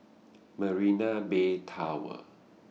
Marina Bay Tower